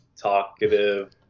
talkative